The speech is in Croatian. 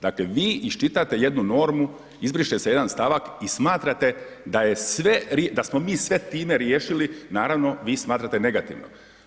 Dakle vi iščitate jednu normu, izbriše se jedan stavak i smatrate da smo mi sve time riješili naravno vi smatrate negativno.